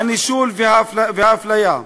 הנישול והאפליה.